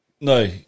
No